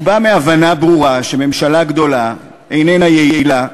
הוא בא מהבנה ברורה שממשלה גדולה איננה יעילה,